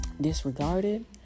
disregarded